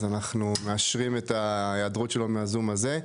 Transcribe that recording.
אז אנחנו מאשרים את ההיעדרות שלו מהזום הזה,